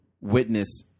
witness